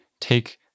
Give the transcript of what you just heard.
take